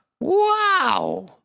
Wow